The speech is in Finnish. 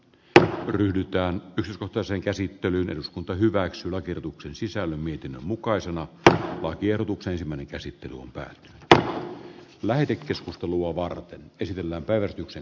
tähän ryhdytään toisen käsittelyn eduskunta hyväksyi lakiehdotuksen sisällön mietinnön mukaisena että lakiehdotuksen ensimmäinen käsittely on pää ltä lähetekeskustelua sisältyä valtion talousarvioon